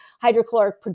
hydrochloric